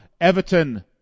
Everton